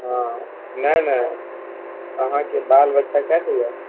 हँ नहि नहि अहाँके बाल बच्चा केटा यऽ